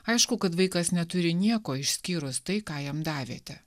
aišku kad vaikas neturi nieko išskyrus tai ką jam davėte